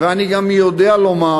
ואני גם יודע לומר